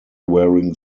wearing